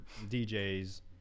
DJs